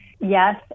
yes